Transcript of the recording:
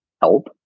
help